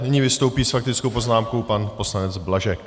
Nyní vystoupí s faktickou poznámkou pan poslanec Blažek.